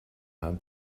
haben